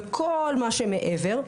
וכל מה שמעבר.